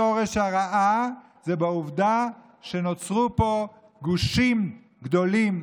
שורש הרע הוא בעובדה שנוצרו פה גושים גדולים,